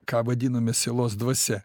ką vadiname sielos dvasia